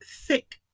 thick